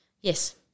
Yes